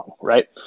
Right